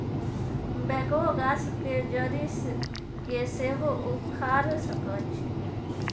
backhoe गाछ के जड़ी के सेहो उखाड़ सकइ छै